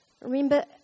Remember